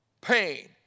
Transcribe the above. pain